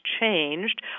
changed